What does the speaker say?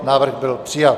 Návrh byl přijat.